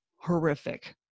horrific